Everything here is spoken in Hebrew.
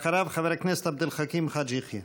אחריו, חבר הכנסת עבד אל חכים חאג' יחיא.